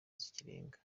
zirenga